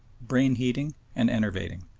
brain-heating, and enervating.